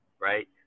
right